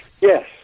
Yes